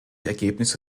ergebnisse